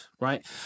right